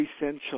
essential